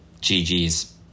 GG's